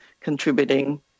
contributing